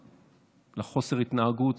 להתנהגות,